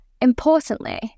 Importantly